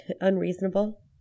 Unreasonable